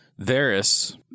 Varys